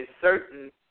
certain